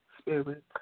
spirit